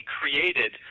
created